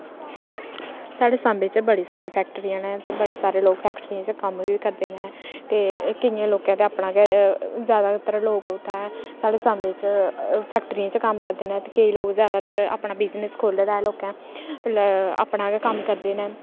साढ़े सांबे च बड़ी सारी फैक्टरियां न ते बड़े सारे लोक फैक्टरियें च कम्म बी करदे न ते केइयें लोकें ते अपना गै जैदातर लोक उत्थै साढ़े सांबे च फैक्टरियें च कम्म करदे न ते केईं लोक जैदातर अपना बिजनस खोह्ल्ले दा ऐ लोकें मतलब अपना गै कम्म करदे न